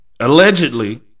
Allegedly